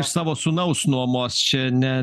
iš savo sūnaus nuomos čia ne